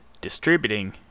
Distributing